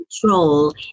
control